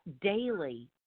daily